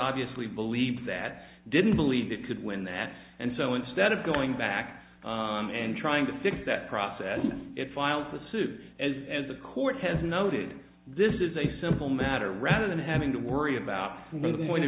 obviously believed that didn't believe it could win that and so instead of going back and trying to fix that process it filed the suit as as the court has noted this is a simple matter rather than having to worry about whether the